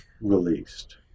released